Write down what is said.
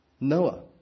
Noah